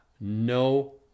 no